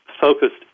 focused